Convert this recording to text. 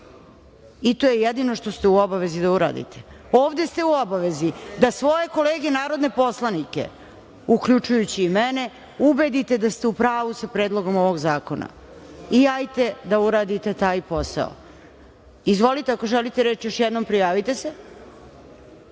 i to je jedino što ste u obavezi da uradite. Ovde ste u obavezi da svoje kolege narodne poslanike, uključujući i mene, ubedite da ste u pravu sa predlogom ovog zakona i ajde da uradite taj posao. Izvolite, ako želite reč, još jednom prijavite se.